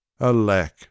Alack